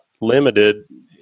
limited